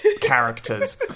characters